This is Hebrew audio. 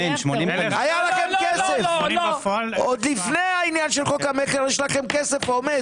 עוד לפני העניין של חוק המכר יש לכם כסף עומד,